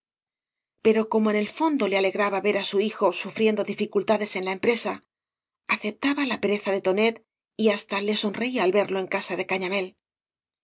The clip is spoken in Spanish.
pero como en el fondo le alegraba ver á su hijo sufriendo dificultades ea la empresa acepta ba la pereza de tonet y hasta le sonreía al verlo en casa de cañamél